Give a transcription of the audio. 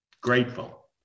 grateful